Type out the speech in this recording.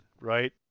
Right